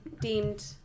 deemed